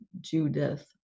Judith